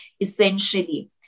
essentially